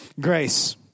Grace